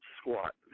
squat